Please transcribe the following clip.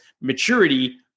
maturity